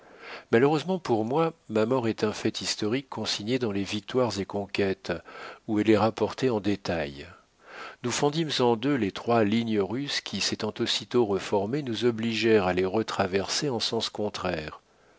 malheureusement pour moi ma mort est un fait historique consigné dans les victoires et conquêtes où elle est rapportée en détail nous fendîmes en deux les trois lignes russes qui s'étant aussitôt reformées nous obligèrent à les retraverser en sens contraire